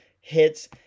hits